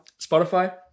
Spotify